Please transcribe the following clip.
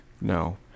no